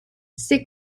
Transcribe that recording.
ses